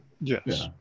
yes